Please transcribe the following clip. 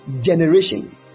generation